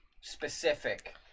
Specific